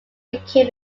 became